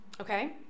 okay